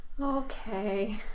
Okay